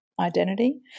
identity